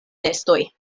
nestoj